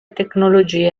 tecnologie